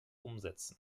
umsetzen